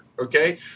okay